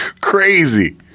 Crazy